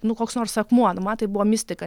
nu koks nors akmuo nu man tai buvo mistika